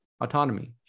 autonomy